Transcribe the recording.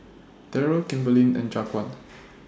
Daryl Kimberlie and Jaquan